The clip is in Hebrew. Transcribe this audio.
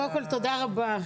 קודם כול תודה רבה.